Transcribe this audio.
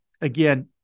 Again